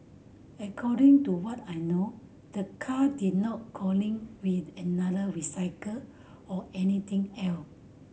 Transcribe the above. according to what I know the car did not with another recycle or anything else